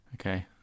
Okay